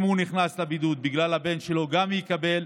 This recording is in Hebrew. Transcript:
אם הוא נכנס לבידוד בגלל הבן שלו הוא יקבל,